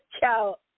Ciao